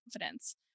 confidence